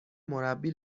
مربی